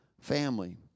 family